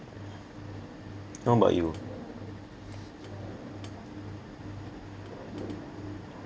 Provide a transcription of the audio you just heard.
how about you